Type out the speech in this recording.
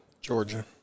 Georgia